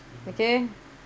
okay